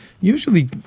usually